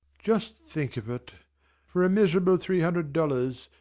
just think of it for a miserable three hundred dollars,